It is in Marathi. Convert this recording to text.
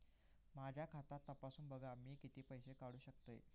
माझा खाता तपासून बघा मी किती पैशे काढू शकतय?